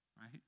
Right